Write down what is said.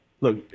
Look